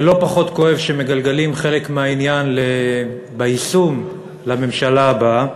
ולא פחות כואב כשמגלגלים חלק מעניין היישום לממשלה הבאה,